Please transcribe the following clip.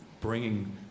bringing